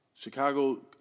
Chicago